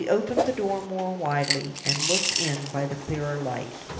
she opened the door more widely, and looked in by the clearer light.